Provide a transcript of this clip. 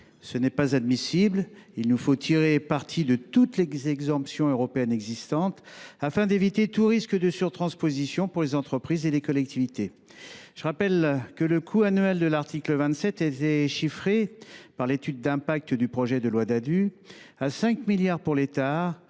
Ce n’est pas admissible : il nous faut tirer parti de toutes les exemptions européennes existantes, afin d’éviter tout risque de surtransposition pour les entreprises et les collectivités. Je rappelle que le coût annuel de l’article 27 a été chiffré, dans l’étude d’impact du projet de loi Ddadue, à 5 milliards d’euros pour l’État